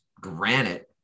granite